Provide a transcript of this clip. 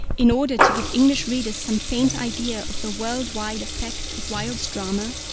in order to give english readers some faint idea of the world-wide effect of wilde's drama,